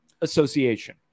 association